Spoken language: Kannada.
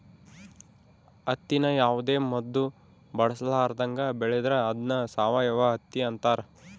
ಹತ್ತಿನ ಯಾವುದೇ ಮದ್ದು ಬಳಸರ್ಲಾದಂಗ ಬೆಳೆದ್ರ ಅದ್ನ ಸಾವಯವ ಹತ್ತಿ ಅಂತಾರ